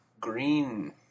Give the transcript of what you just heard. green